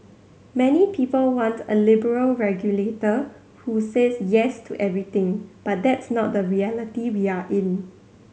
many people want a liberal regulator who says yes to everything but that's not the reality we are in